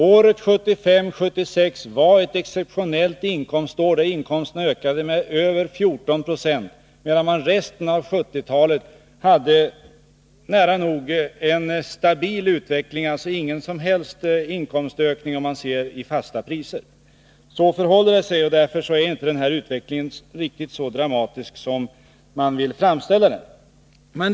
Budgetåret 1975/76 var ett exceptionellt inkomstår, då inkomsterna ökade med 14 26 medan man under resten av 1970-talet hade en stabil utveckling, alltså ingen som helst inkomstökning, räknat i fasta priser. Så förhåller det sig, och därför är inte utvecklingen riktigt så dramatisk som man vill framställa den.